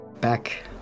back